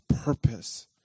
purpose